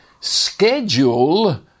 schedule